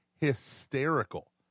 hysterical